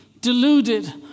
deluded